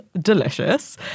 delicious